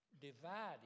divided